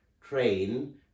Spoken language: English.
train